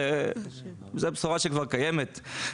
וזאת בשורה שכבר קיימת.